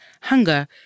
hunger